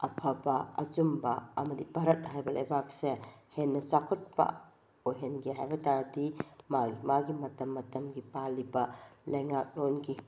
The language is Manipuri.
ꯑꯐꯕ ꯑꯆꯨꯝꯕ ꯑꯃꯗꯤ ꯚꯥꯔꯠ ꯍꯥꯏꯕ ꯂꯩꯕꯥꯛꯁꯦ ꯍꯦꯟꯅ ꯆꯥꯎꯈꯠꯄ ꯑꯣꯏꯍꯟꯒꯦ ꯍꯥꯏꯕ ꯇꯥꯔꯗꯤ ꯃꯥꯒꯤ ꯃꯥꯒꯤ ꯃꯇꯝ ꯃꯇꯝꯒꯤ ꯄꯥꯜꯂꯤꯕ ꯂꯩꯉꯥꯛꯂꯣꯟꯒꯤ